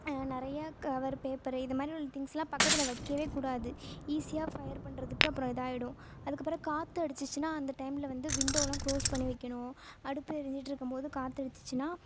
நிறையா cover paper இது மாதிரி உள்ள திங்ஸ்லாம் பக்கத்தில் வைக்கவே கூடாது ஈஸியாக ஃபயர் பண்ணுறதுக்கு அப்புறம் இதாயிடும் அதுக்கப்புறம் காற்று அடிச்சுச்சின்னா அந்த டைமில் வந்து விண்டோலாம் க்ளோஸ் பண்ணி வைக்கணும் அடுப்பு எரிஞ்சிட்டுருக்கும் போது காற்று அடிச்சுச்சின்னா